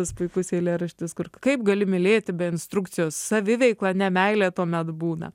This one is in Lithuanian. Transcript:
tas puikus eilėraštis kur kaip gali mylėti be instrukcijos saviveikla ne meilė tuomet būna